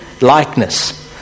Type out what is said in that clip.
likeness